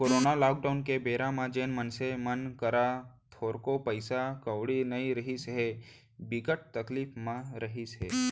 corona lockdown के बेरा म जेन मनसे मन करा थोरको पइसा कउड़ी नइ रिहिस हे, बिकट तकलीफ म रिहिस हे